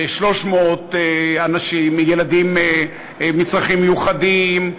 ל-300 ילדים עם צרכים מיוחדים,